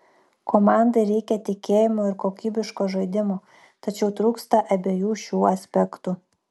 komandai reikia tikėjimo ir kokybiško žaidimo tačiau trūksta abiejų šių aspektų